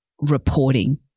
reporting